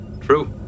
True